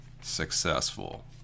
successful